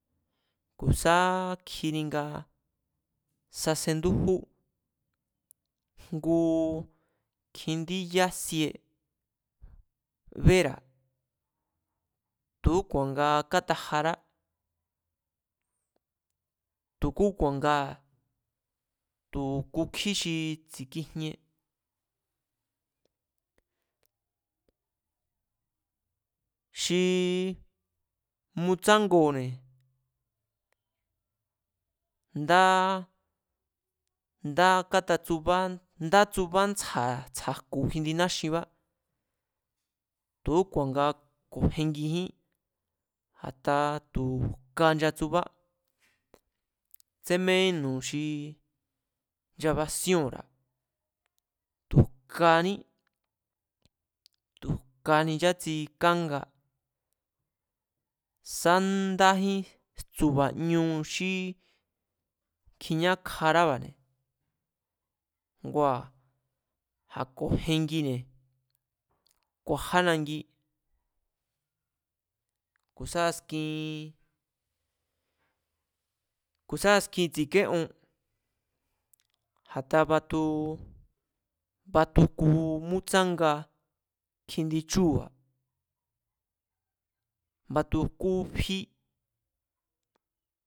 Ku̱ sá kjini nga sasendújú, jngu kjindí yásie béra̱, tu̱úku̱a̱n nga kátajará, tu̱kúku̱a̱n nga tu̱ kukjí xi tsi̱kijien, xi mutsángoo̱ne̱ ndáá, ndá kátatsubá, ndá tsuba ntsja̱ tsja̱jku̱ kjindi náxinbá, tu̱úku̱a̱n nga ko̱jengijín. A̱ta tu̱ jka nchatsubá, tsémeínu̱ xi nchbasíóo̱nra̱ tu̱ jkaní, tu̱ jkani nchátsikánga, sá ndájín jtsu̱ba̱ñu xí kjiñákjaraba̱ne̱, ngua̱ a̱ ko̱jengine̱, ku̱a̱já nangi, ku̱ sá askin, ku̱ sá askin tsi̱ké'on, a̱ta batuu, batu jku mútsánga kjindi chúu̱ba̱, batu jkú fí